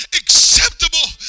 acceptable